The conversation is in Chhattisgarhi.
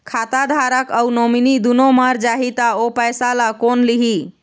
खाता धारक अऊ नोमिनि दुनों मर जाही ता ओ पैसा ला कोन लिही?